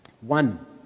One